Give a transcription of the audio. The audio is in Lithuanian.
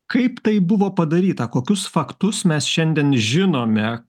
kaip tai buvo padaryta kokius faktus mes šiandien žinome